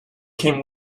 came